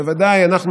בוודאי אנחנו,